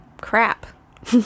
crap